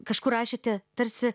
kažkur rašėte tarsi